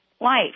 life